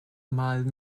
mild